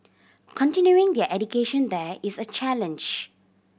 continuing their education there is a challenge